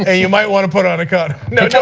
ah you might want to put on a condom. no,